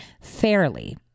fairly